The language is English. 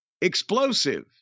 explosive